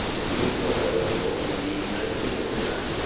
and he was only nineteen at the time.